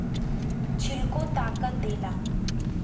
छिलको ताकत देला